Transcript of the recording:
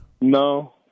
No